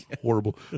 horrible